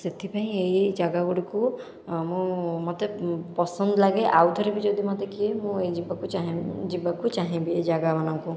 ସେଥିପାଇଁ ଏହି ଏହି ଜାଗା ଗୁଡ଼ିକୁ ମୁଁ ମୋତେ ପସନ୍ଦ ଲାଗେ ଆଉ ଥରେ ବି ଯଦି ମୋତେ କିଏ ମୁଁ ଏଇ ଯିବାକୁ ଚାହେଁ ଯିବାକୁ ଚାହିଁବି ଏହି ଜାଗା ମାନଙ୍କୁ